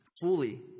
fully